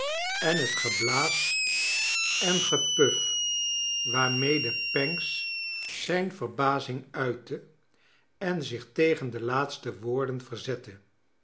en het geblaas en gepuf waarmede pancks zijn verbazing uitte en zich tegen de laatste woorden verzette